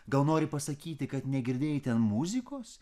gal nori pasakyti kad negirdėjai ten muzikos